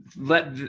let